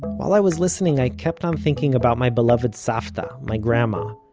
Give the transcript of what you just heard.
while i was listening i kept on thinking about my beloved savta, my grandma,